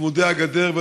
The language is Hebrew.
צמודי הגדר,